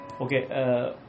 Okay